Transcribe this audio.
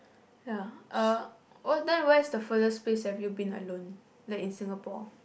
ya uh oh then where is the furthest place have you been alone like in Singapore